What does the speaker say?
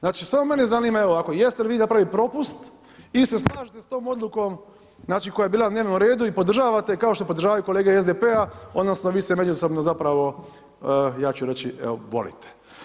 Znači samo mene zanima ovako, evo, jeste li vi napravili propust ili se slažete s tom odlukom znači koja je bila na dnevnom redu i podržavate kao što podržavaju i kolege SDP-a odnosno vi se međusobno zapravo, ja ću reći, evo, volite.